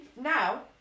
Now